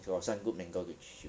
you got some good mentor to teach you